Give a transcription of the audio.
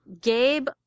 Gabe